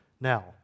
Now